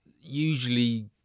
usually